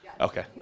Okay